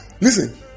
Listen